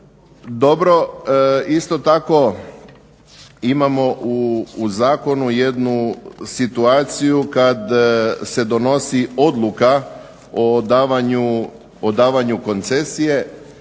Dobro. Isto tako imamo u zakonu jednu situaciju kad se donosi odluka o davanju koncesije.